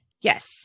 yes